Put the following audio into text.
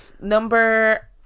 Number